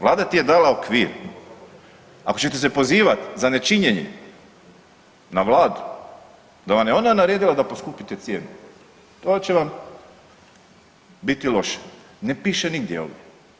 Vlada ti je dala okvir, ako ćete se pozivat za nečinjenje na Vladu da vam je ona naredila da poskupite cijenu, to će vam biti loše ne piše nigdje ovdje.